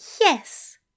yes